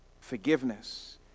forgiveness